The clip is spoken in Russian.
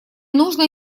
нужно